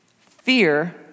Fear